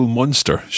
monster